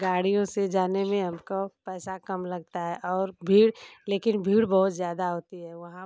गाड़ियों से जाने में हमको पैसा कम लगता है और भीड़ लेकिन भीड़ बहुत ज़्यादा होती है वहाँ